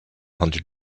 hundred